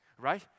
right